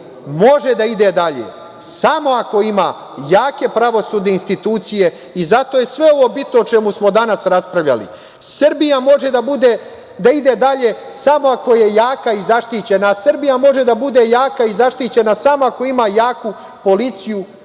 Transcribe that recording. može da ide dalje samo ako ima jake pravosudne institucije, zato je sve ovo bitno o čemu smo danas raspravljali. Srbija može da ide dalje samo ako je jaka i zaštićena. Srbija može da bude jaka i zaštićena samo ako ima jaku policiju,